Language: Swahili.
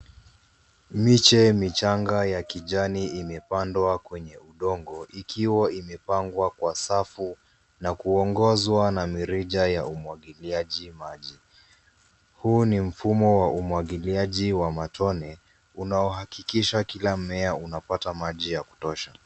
Miche michanga ya kijani imepandwa kwenye udongo ikiwa imepangwa kwa safu na kuongozwa na mirija ya umwagiliaji maji. Huu ni mfumo wa umwagiliaji wa matone unaohakikisha kila mmea unapata maji ya kutosha.